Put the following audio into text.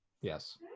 Yes